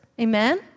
Amen